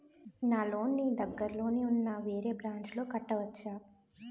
నా లోన్ నీ దగ్గర్లోని ఉన్న వేరే బ్రాంచ్ లో కట్టవచా?